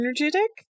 energetic